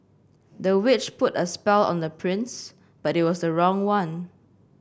the witch put a spell on the prince but it was the wrong one